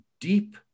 deep